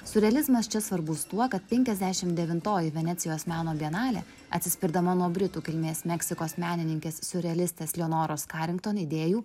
siurrealizmas čia svarbus tuo kad penkiasdešim devintoji venecijos meno bienalė atsispirdama nuo britų kilmės meksikos menininkės siurrealistės leonoros karinkton idėjų